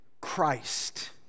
Christ